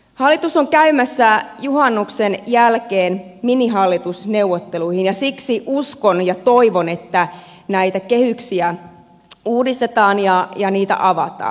hallitus on käymässä juhannuksen jälkeen minihallitusneuvotteluihin ja siksi uskon ja toivon että näitä kehyksiä uudistetaan ja niitä avataan